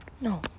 No